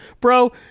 Bro